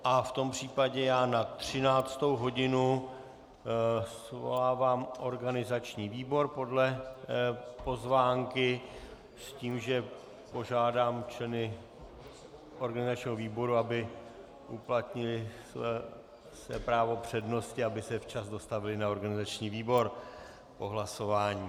A v tom případě já na 13. hodinu svolávám organizační výbor podle pozvánky s tím, že požádám členy organizačního výboru, aby uplatnili své právo přednosti, aby se včas dostavili na organizační výbor po hlasování.